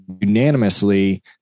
Unanimously